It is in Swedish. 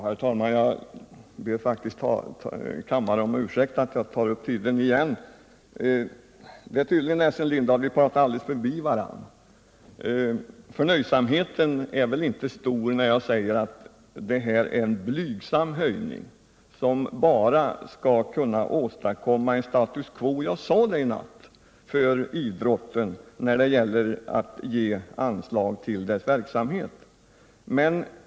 Herr talman! Jag ber kammarens ledamöter om ursäkt för att jag tar upp tiden ytterligare. Det är tydligt att Essen Lindahl och jag talar förbi varandra. Min förnöjsamhet är väl inte stor, när jag säger att detta är en blygsam höjning, som bara kan åstadkomma status quo för idrotten. Jag sade det i natt om anslagen till idrottsverksamheten.